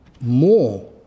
more